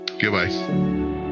Goodbye